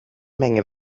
menge